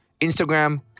Instagram